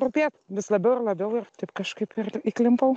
rūpėt vis labiau ir labiau ir taip kažkaip ir įklimpau